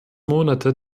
monate